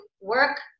work